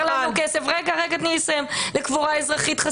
לכם כסף ועוד כמה מיליונים לקבורה אזרחית.